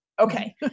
Okay